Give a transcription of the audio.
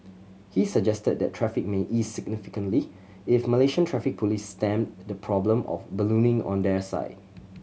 he suggested that traffic may ease significantly if Malaysian Traffic Police stemmed the problem of ballooning on their side